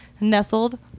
nestled